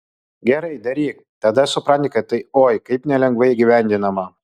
gerai daryk tada supranti kad tai oi kaip nelengvai įgyvendinama